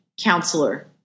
counselor